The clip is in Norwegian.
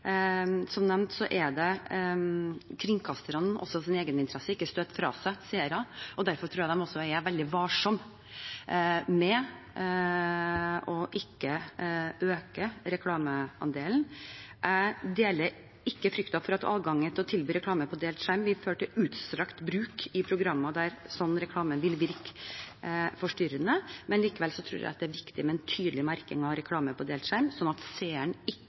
Som nevnt er det også i kringkasternes egeninteresse ikke å støte fra seg seere, og derfor tror jeg de er veldig varsomme med å øke reklameandelen. Jeg deler ikke frykten for at adgangen til å tilby reklame på delt skjerm vil føre til utstrakt bruk i programmer der slik reklame vil virke forstyrrende. Likevel tror jeg det er viktig med en tydelig merking av reklame på delt skjerm, slik at seeren ikke